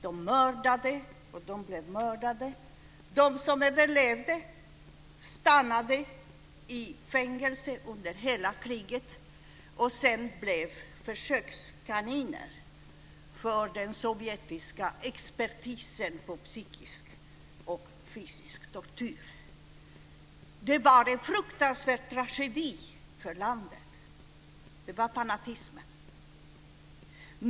De mördade, och de blev mördade. De som överlevde stannade i fängelse under hela kriget och blev sedan försökskaniner för den sovjetiska expertisen på psykisk och fysisk tortyr. Det var en fruktansvärd tragedi för landet. Det var fanatism.